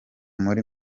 muri